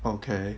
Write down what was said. okay